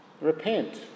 repent